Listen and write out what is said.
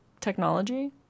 technology